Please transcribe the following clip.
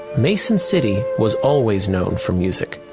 mason city was always known for music.